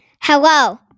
Hello